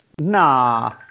Nah